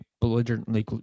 belligerently